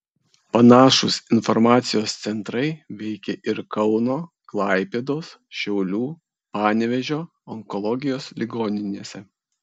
panašūs informacijos centrai veikė ir kauno klaipėdos šiaulių panevėžio onkologijos ligoninėse